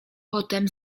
potem